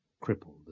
crippled